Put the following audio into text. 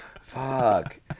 Fuck